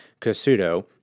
Casuto